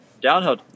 downhill